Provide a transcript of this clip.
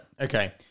Okay